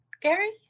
Gary